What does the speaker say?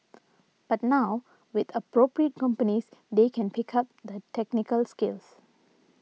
but now with appropriate companies they can pick up the technical skills